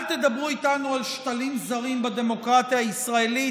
אל תדברו איתנו על שתלים זרים בדמוקרטיה הישראלית.